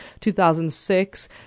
2006